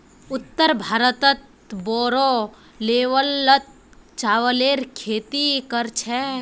उत्तर भारतत बोरो लेवलत चावलेर खेती कर छेक